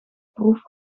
proef